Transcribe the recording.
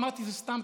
אמרתי: זה סתם,